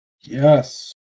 Yes